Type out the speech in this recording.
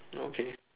okay